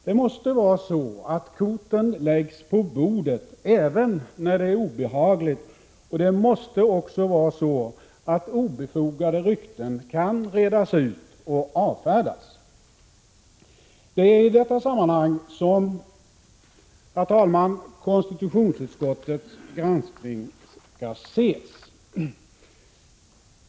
Det måste vara så att korten läggs på bordet även när det är obehagligt, och det måste också vara så att obefogade rykten kan redas ut och avfärdas. Herr talman! Det är i detta sammanhang som konstitutionsutskottets granskning skall ses.